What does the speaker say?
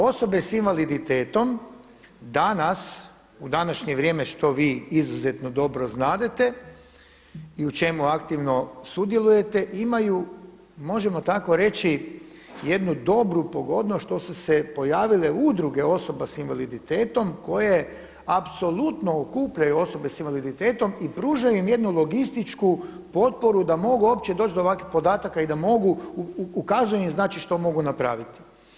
Osobe sa invaliditetom danas u današnje vrijeme što vi izuzetno dobro znadete i u čemu aktivno sudjelujete imaju možemo tako reći jednu dobru pogodnost što su se pojavile Udruge osoba sa invaliditetom koje apsolutno okupljaju osobe sa invaliditetom i pružaju im jednu logističku potporu da mogu uopće doći do ovakvih podataka i da mogu, ukazujem im znači što mogu napraviti.